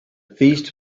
feast